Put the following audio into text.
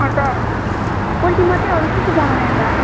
अन्त पोल्ट्री मात्रै अरू के के बनाउने अन्त